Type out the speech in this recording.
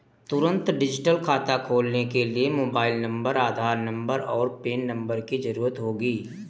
तुंरत डिजिटल खाता खोलने के लिए मोबाइल नंबर, आधार नंबर, और पेन नंबर की ज़रूरत होगी